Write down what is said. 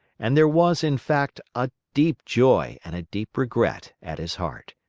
and there was, in fact, a deep joy and a deep regret at his heart.